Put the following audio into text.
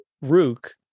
Rook